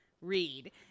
read